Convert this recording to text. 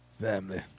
Family